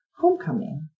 Homecoming